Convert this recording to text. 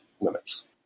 limits